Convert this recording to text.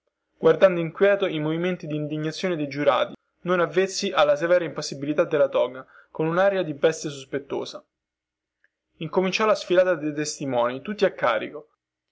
guardando inquieto i movimenti dindignazione dei giurati non avvezzi alla severa impassibilità della toga con unaria di bestia sospettosa incominciò la sfilata dei testimoni tutti a carico